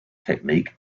technique